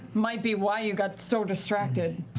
might be why you got so distracted.